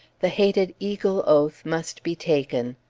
the hated eagle oath must be taken,